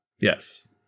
yes